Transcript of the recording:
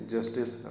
Justice